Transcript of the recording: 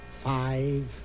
Five